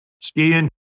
skiing